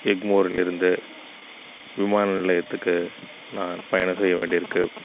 எக்மோரில் இருந்து விமான நிலையத்துக்கு நான் பயணம் செய்ய வேண்டிய இருக்கு